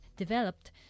Developed